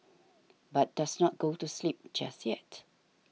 but does not go to sleep just yet